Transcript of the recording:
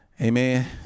Amen